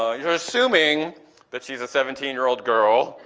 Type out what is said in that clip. ah you're assuming but she's a seventeen year old girl,